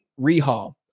rehaul